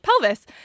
pelvis